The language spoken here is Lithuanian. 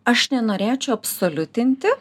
aš nenorėčiau absoliutinti